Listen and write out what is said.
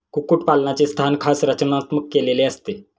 कुक्कुटपालनाचे स्थान खास रचनात्मक केलेले असते